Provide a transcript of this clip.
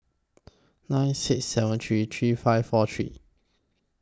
nine six seven three three five four three